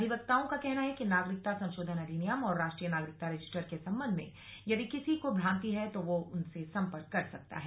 अधिवक्ताओं का कहना है कि नागरिकता संशोधन अधिनियम और राष्ट्रीय नागरिकता रजिस्टर के संबंध में यदि किसी को भ्रांति है तो वह उनसे संपर्क कर सकता है